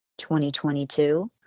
2022